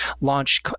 launch